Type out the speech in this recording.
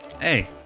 Hey